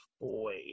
boy